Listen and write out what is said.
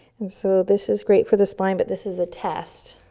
and so, this is great for the spine, but this is a test.